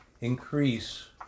increase